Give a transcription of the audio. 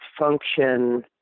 function